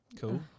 Cool